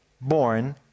born